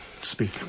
Speak